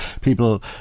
people